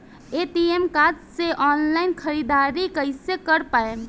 ATM card से online ख़रीदारी कइसे कर पाएम?